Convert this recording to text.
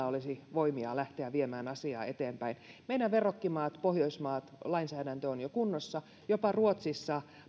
olisi voimia lähteä viemään asiaa eteenpäin meidän verrokkimaissa pohjoismaissa lainsäädäntö on jo kunnossa ruotsissa